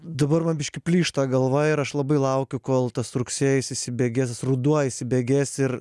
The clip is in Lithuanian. dabar man biškį plyšta galva ir aš labai laukiu kol tas rugsėjis įsibėgės tas ruduo įsibėgės ir